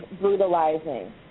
brutalizing